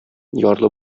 ярлы